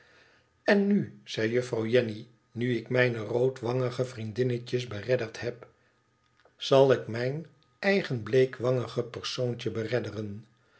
n nu zei juffrouw jenny nu ik mijne roodwangige vriendinnetjes beredderd heb zal ik mijn eigen bleekwangige persoontje beredderen